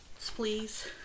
please